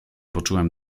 poczułem